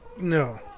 no